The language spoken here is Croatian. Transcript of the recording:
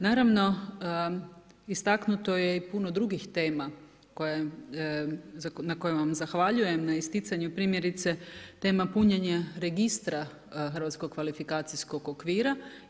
Naravno, istaknuto je i puno drugih tema na kojima vam zahvaljujem na isticanju primjerice tema punjenje registra hrvatskog kvalifikacijskog okvira.